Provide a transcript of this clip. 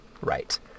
right